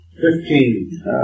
Fifteen